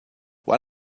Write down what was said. why